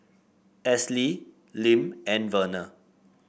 Esley Lim and Verner